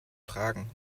fragen